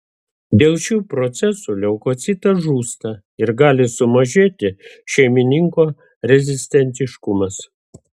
dėl šių procesų leukocitas žūsta ir gali sumažėti šeimininko rezistentiškumas